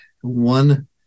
one